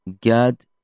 God